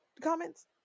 comments